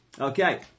Okay